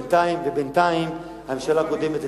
ובינתיים הממשלה הקודמת,